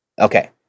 Okay